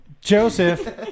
Joseph